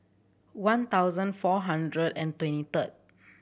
one thousand four hundred and twenty third